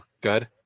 Good